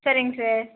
சரிங்க சார்